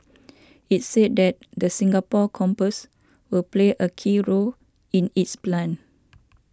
it said that the Singapore campus will play a key role in its plan